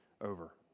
over